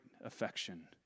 affection